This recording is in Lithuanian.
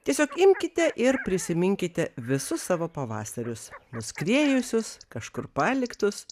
tiesiog imkite ir prisiminkite visus savo pavasarius nuskriejusius kažkur paliktus